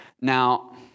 Now